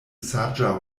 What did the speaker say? saĝa